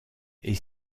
est